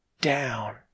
Down